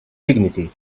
dignity